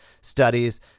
studies